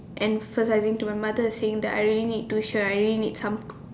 and first I bring to my mother saying that I really need tuition I really need some